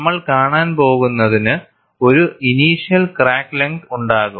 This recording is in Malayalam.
നമ്മൾ കാണാൻ പോകുന്നതിന് ഒരു ഇനീഷ്യൽ ക്രാക്ക് ലെങ്ത് ഉണ്ടാകും